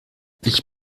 ich